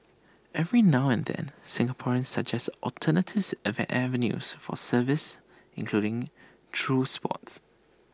every now and then Singaporeans suggest avenues for service including through sports